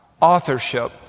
authorship